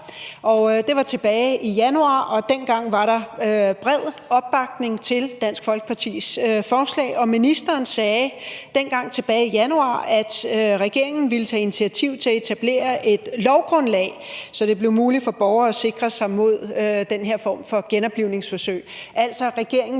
Det var tilbage i januar, og dengang var der bred opbakning til Dansk Folkepartis forslag, og ministeren sagde dengang tilbage i januar, at regeringen ville tage initiativ til at etablere et lovgrundlag, så det blev muligt for borgere at sikre sig mod den her form for genoplivningsforsøg, altså at regeringen